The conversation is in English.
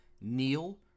Neil